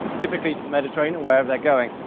typically to the mediterranean or wherever they're going,